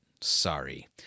Sorry